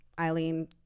Eileen